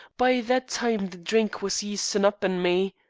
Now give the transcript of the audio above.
by that time the drink was yeastin' up in me.